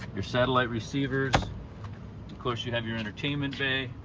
your satellite receivers. of course you have your entertainment bay,